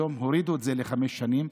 היום הורידו את זה לחמש שנים.